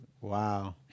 Wow